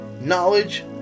knowledge